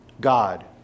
God